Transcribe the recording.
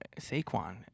Saquon